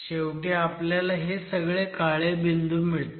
शेवटी आपल्याला हे सगळे काळे बिंदू मिळतात